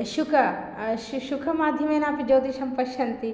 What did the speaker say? अशुकं श् शुकमाध्यमेन अपि ज्योतिषं पश्यन्ति